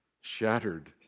shattered